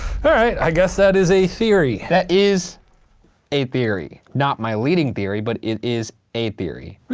ah i guess that is a theory. that is a theory. not my leading theory but it is a theory.